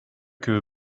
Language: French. que